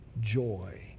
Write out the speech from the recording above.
joy